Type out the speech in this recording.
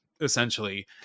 essentially